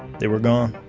they were gone.